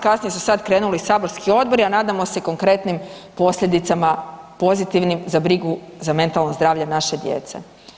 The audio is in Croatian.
Kasnije su sad krenuli i saborski odbori, a nadamo se i konkretnim posljedicama pozitivnim za brigu za mentalno zdravlje naše djece.